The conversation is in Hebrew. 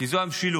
כי זו המשילות.